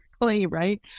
right